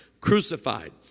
crucified